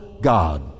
God